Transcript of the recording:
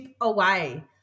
away